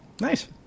Nice